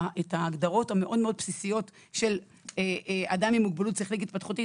הגדרות מאוד מאוד בסיסיות של אדם עם מוגבלות שכלית-התפתחותית,